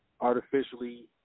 artificially